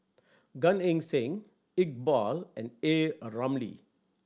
Gan Eng Seng Iqbal and A Ramli